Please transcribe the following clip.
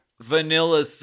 vanilla